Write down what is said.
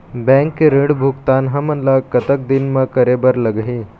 Bank के ऋण भुगतान हमन ला कतक दिन म करे बर लगही?